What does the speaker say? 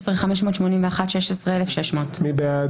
16,321 עד 16,340. מי בעד?